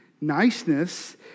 Niceness